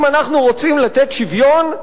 אם אנחנו רוצים לתת שוויון,